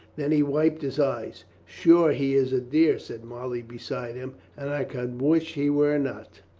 then he wiped his eyes. sure, he is a dear, said molly beside him, and i could wish he were not.